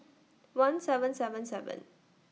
one seven seven seven